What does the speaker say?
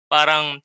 Parang